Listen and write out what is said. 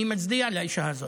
אני מצדיע לאישה הזאת.